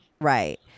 Right